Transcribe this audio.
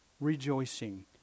rejoicing